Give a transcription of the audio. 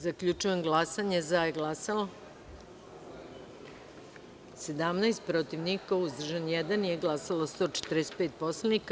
Zaključujem glasanje i saopštavam: za – 17, protiv – niko, uzdržan – jedan, nije glasalo 145 poslanika.